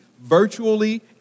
virtually